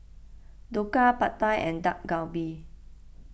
Dhokla Pad Thai and Dak Galbi